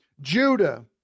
Judah